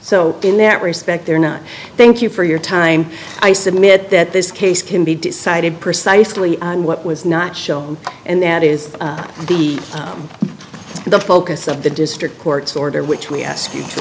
so in that respect they're not thank you for your time i submit that this case can be decided precisely what was not shown and that is the the focus of the district court's order which we ask you